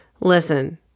Listen